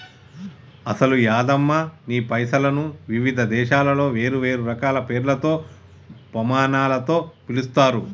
అసలు యాదమ్మ నీ పైసలను వివిధ దేశాలలో వేరువేరు రకాల పేర్లతో పమానాలతో పిలుస్తారు